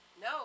No